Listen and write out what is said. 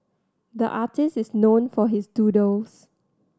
the artist is known for his doodles